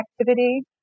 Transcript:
activity